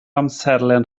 amserlen